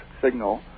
signal